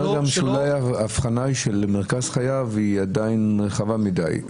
האבחנה של מרכז חייו היא רחבה מידי.